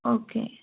okay